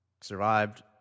Survived